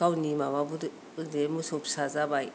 गावनि माबा उन्दै मोसौ फिसा जाबाय